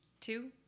two